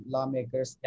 Lawmakers